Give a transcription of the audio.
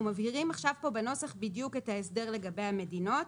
אנחנו מבהירים עכשיו פה בנוסח בדיוק את ההסדר לגבי המדינות.